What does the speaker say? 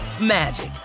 magic